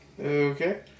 Okay